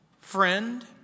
friend